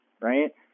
Right